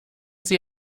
sie